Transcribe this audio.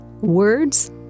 words